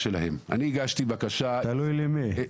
תלוי למי.